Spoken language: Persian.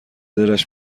دلش